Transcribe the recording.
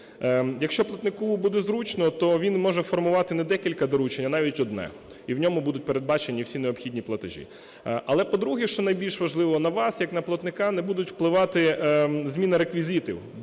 Якщо платнику буде зручно, то він може формувати не декілька доручень, а навіть одне. І в ньому будуть передбачені всі необхідні платежі. Але, по-друге, що найбільш важливо. На вас як на платника не будуть впливати зміни реквізитів